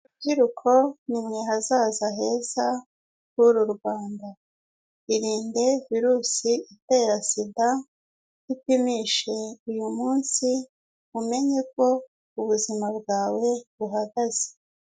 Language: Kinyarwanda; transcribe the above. Rubyiruko nimwe hazaza heza h'uru Rwanda, irinde virusi itera sida, ipimishe uyu munsi, umenye uko ubuzima bwawe buhagaze.